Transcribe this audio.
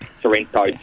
Sorrento